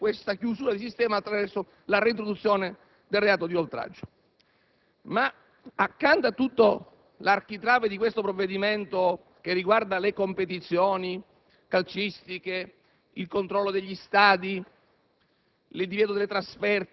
non prevede una sorta di chiusura attraverso la reintroduzione del reato di oltraggio. Tuttavia, accanto all'intero architrave di questo provvedimento, che riguarda le competizioni calcistiche, il controllo degli stadi,